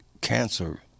cancer